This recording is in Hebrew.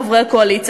חברי הקואליציה,